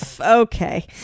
okay